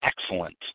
excellent